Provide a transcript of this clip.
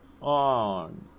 on